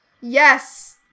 Yes